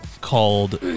called